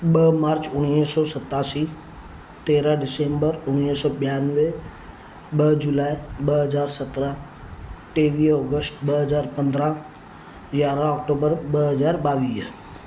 ॿ मार्च उणिवीह सौ सतासी तेरहं डिसंबर उणिवीह सौ ॿियानवे ॿ जुलाए ॿ हज़ार सत्रहं टेवीह ओगस्त ॿ हज़ार पंद्रहं यारहं अक्टूबर ॿ हज़ार ॿावीह